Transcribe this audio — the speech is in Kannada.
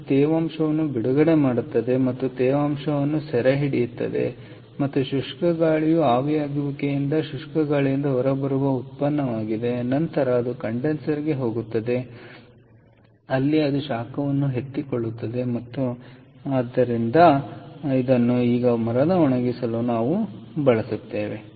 ಆದ್ದರಿಂದ ಇದು ತೇವಾಂಶವನ್ನು ಬಿಡುಗಡೆ ಮಾಡುತ್ತದೆ ಮತ್ತು ತೇವಾಂಶವನ್ನು ಸೆರೆಹಿಡಿಯುತ್ತದೆ ಮತ್ತು ಶುಷ್ಕ ಗಾಳಿಯು ಆವಿಯಾಗುವಿಕೆಯಿಂದ ಶುಷ್ಕ ಗಾಳಿಯಿಂದ ಹೊರಬರುವ ಉತ್ಪನ್ನವಾಗಿದೆ ನಂತರ ಅದು ಕಂಡೆನ್ಸರ್ಗೆ ಹೋಗುತ್ತದೆ ಅಲ್ಲಿ ಅದು ಶಾಖವನ್ನು ಎತ್ತಿಕೊಳ್ಳುತ್ತದೆ ಮತ್ತು ಆದ್ದರಿಂದ ಉತ್ಪನ್ನವು ಬರುತ್ತದೆ ಕಂಡೆನ್ಸರ್ನಿಂದ ಬಿಸಿ ಮತ್ತು ಶುಷ್ಕ ಗಾಳಿಯಿದೆ ಇದನ್ನು ಈಗ ಮರದ ಒಣಗಿಸಲು ಬಳಸಲಾಗುತ್ತದೆ